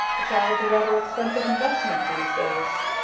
a child's a rather expensive investment these days.